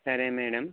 సరే మేడమ్